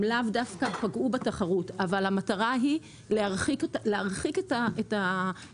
הם לאו דווקא פגעו בתחרות אבל המטרה היא להרחיק את היחס